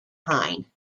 hine